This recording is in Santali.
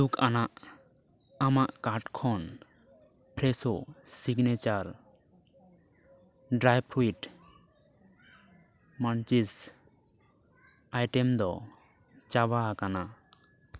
ᱫᱩᱠᱟᱱᱟᱜ ᱟᱢᱟᱜ ᱠᱟᱴ ᱠᱷᱚᱱ Fresho signature dry fruit munchies item ᱫᱚ ᱪᱟᱵᱟ ᱟᱠᱟᱱᱟ